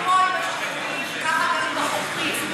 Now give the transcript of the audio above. בדיוק כמו עם השופטים כך גם עם החוקרים,